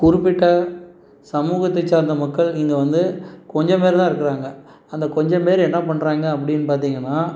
குறிப்பிட்ட சமூகத்தைச் சேர்ந்த மக்கள் இங்கே வந்து கொஞ்சம் பேர்தான் இருக்கிறாங்க அந்த கொஞ்சம் பேர் என்ன பண்ணுறாங்க அப்படின்னு பார்த்திங்கன்னா